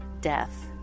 death